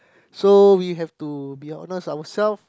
so we have to be honest ourself